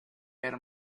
ver